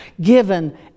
given